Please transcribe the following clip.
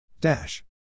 Dash